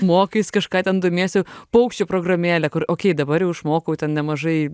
mokais kažką ten domiesi paukščių programėlė kur okei dabar jau išmokau ten nemažai